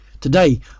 Today